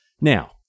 Now